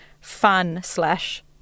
fun-slash-